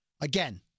Again